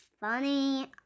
funny